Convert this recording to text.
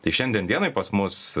tai šiandien dienai pas mus